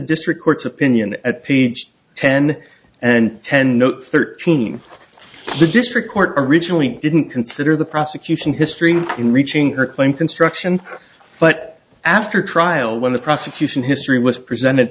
district court's opinion at page ten and ten no thirteen the district court originally didn't consider the prosecution history in reaching her claim construction but after trial when the prosecution history was presented